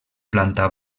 planta